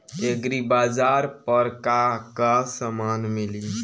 एग्रीबाजार पर का का समान मिली?